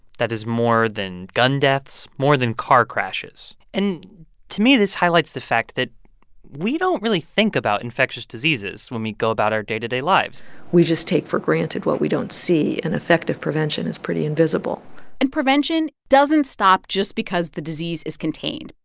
that is more than gun deaths, more than car crashes. and to me, this highlights the fact that we don't really think about infectious diseases when we go about our day-to-day lives we just take for granted what we don't see, and effective prevention is pretty invisible and prevention doesn't stop just because the disease is contained.